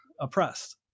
oppressed